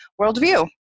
worldview